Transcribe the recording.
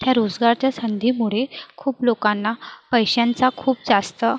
थ्या रोसगारच्या संधीमुडे खूप लोकांना पैशांचा खूप चास्त